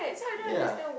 ya